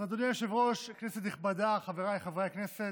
אדוני היושב-ראש, כנסת נכבדה, חבריי חברי הכנסת,